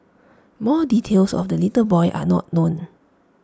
more details of the little boy are not known